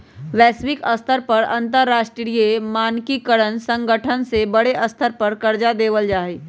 वैश्विक स्तर पर अंतरराष्ट्रीय मानकीकरण संगठन के बडे स्तर पर दर्जा देवल जा हई